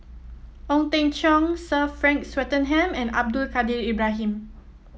Ong Teng Cheong Sir Frank Swettenham and Abdul Kadir Ibrahim